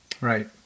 Right